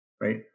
right